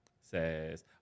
says